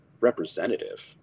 representative